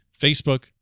Facebook